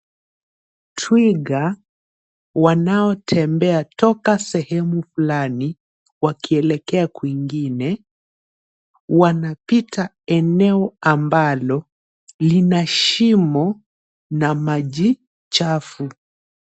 Twiga wanaotembea toka sehemu fulani wakielekea kwingine wanapita eneo ambalo lina shimo na maji chafu.